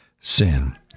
sin